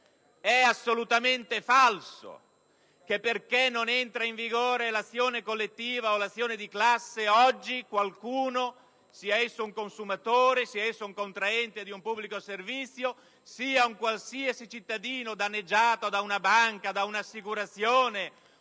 È assolutamente falso che, dato che non entra in vigore l'azione collettiva o di classe, oggi qualcuno, sia esso un consumatore, un contraente di un pubblico servizio o un qualsiasi cittadino danneggiato da una banca, da un'assicurazione